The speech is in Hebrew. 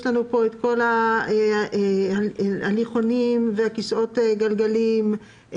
יש לנו פה את כל ההליכונים וכיסאות גלגלים והם